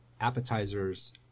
Appetizers